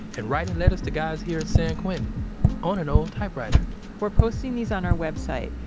and writing letters to guys here at san quentin on an old typewriter we're posting these on our website.